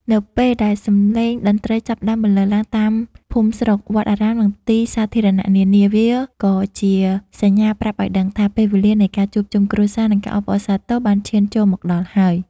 នៅពេលដែលសម្លេងតន្ត្រីចាប់ផ្តើមបន្លឺឡើងតាមភូមិស្រុក វត្តអារាម និងទីសាធារណៈនានា វាក៏ជាសញ្ញាប្រាប់ឱ្យដឹងថា ពេលវេលានៃការជួបជុំគ្រួសារ និងការអបអរសាទរបានឈានចូលមកដល់ហើយ។